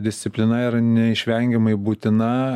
disciplina yra neišvengiamai būtina